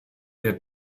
der